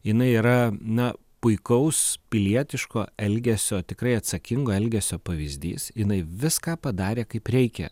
jinai yra na puikaus pilietiško elgesio tikrai atsakingo elgesio pavyzdys jinai viską padarė kaip reikia